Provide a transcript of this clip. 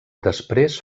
després